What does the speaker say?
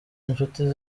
inshuti